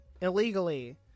illegally